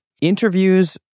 Interviews